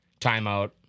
timeout